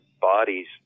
bodies